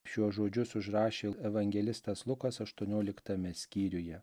šiuos žodžius užrašė evangelistas lukas aštuonioliktame skyriuje